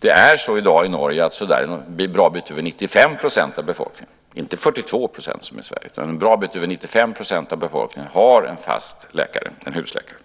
I dag har en bra bit över 95 % av befolkningen i Norge, inte 42 % som i Sverige, en fast läkare, en husläkare.